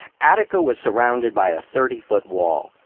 attica was surrounded by a thirty foot wall,